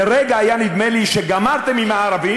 לרגע היה נדמה לי שגמרתם עם הערבים,